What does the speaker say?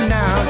now